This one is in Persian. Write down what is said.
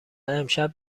امشب